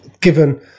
given